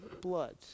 blood